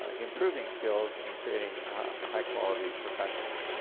ah improving skills and creating ah high-quality professionals.